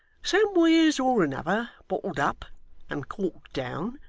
somewheres or another, bottled up and corked down,